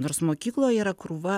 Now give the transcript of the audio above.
nors mokykloj yra krūva